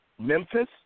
Memphis